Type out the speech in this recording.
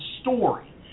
story